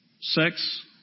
sex